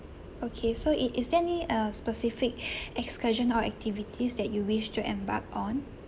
okay so it is there any uh specific excursion or activities that you wish to embark on